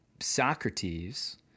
Socrates